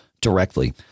directly